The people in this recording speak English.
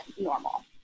normal